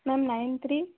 ma'am nine three